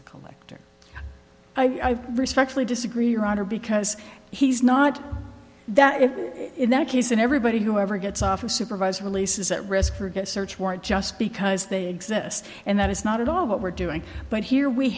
a collector i respectfully disagree your honor because he's not that in that case and everybody who ever gets off a supervised release is at risk for a good search warrant just because they exist and that is not at all what we're doing but here we